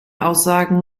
aussagen